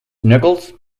knuckles